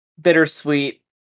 bittersweet